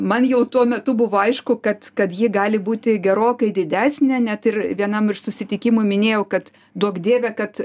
man jau tuo metu buvo aišku kad kad ji gali būti gerokai didesnė net ir vienam iš susitikimų minėjau kad duok dieve kad